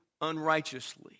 unrighteously